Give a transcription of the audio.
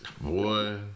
Boy